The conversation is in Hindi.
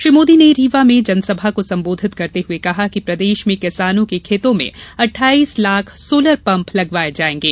श्री मोदी ने रीवा में जनसभा को संबोधित करते हुए कहा कि प्रदेश में किसानों के खेतों में अट्ठाइस लाख सोलर पम्प लगवाये जायेंगे